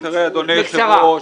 תראה, אדוני היושב-ראש,